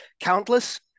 countless